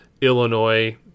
Illinois